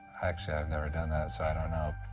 actually, i've never done that so i don't know.